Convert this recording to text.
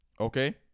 okay